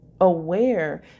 aware